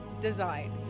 design